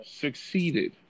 succeeded